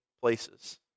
places